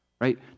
right